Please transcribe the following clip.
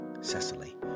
Cecily